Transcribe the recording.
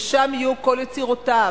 ושם יהיו כל יצירותיו.